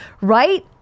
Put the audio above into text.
right